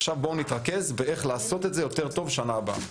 עכשיו בואו נתרכז איך לעשות את זה טוב יותר בשנה הבאה.